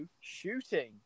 shooting